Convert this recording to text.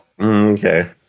Okay